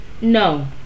No